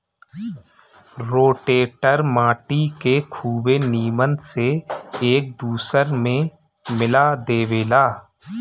rotator माटी के खुबे नीमन से एक दूसर में मिला देवेला